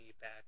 back